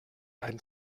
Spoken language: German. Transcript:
einen